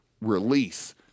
release